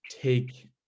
take